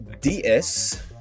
DS